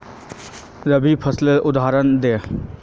रवि फसलेर उदहारण दे?